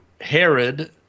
Herod